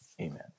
amen